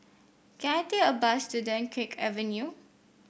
can I take a bus to Dunkirk Avenue